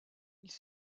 ils